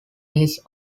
his